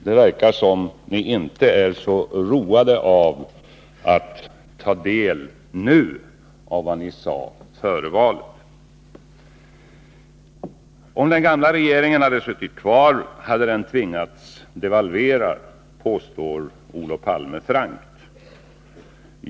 Det verkar nämligen som om ni socialdemokrater inte är så roade av att nu ta del av vad ni sade före valet. Om den gamla regeringen hade suttit kvar hade den tvingats devalvera, påstår Olof Palme frankt.